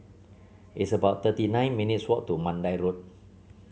it's about thirty nine minutes' walk to Mandai Road